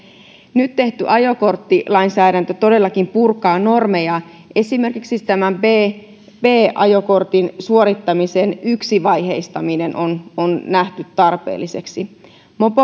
nyt tehty ajokorttilainsäädäntö todellakin purkaa normeja esimerkiksi tämän b b ajokortin suorittamisen yksivaiheistaminen on on nähty tarpeelliseksi